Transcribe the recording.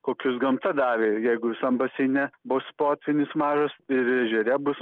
kokius gamta davė jeigu visam baseine bus potvynis mažas ir ežere bus